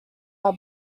our